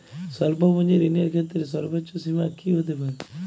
স্বল্প পুঁজির ঋণের ক্ষেত্রে সর্ব্বোচ্চ সীমা কী হতে পারে?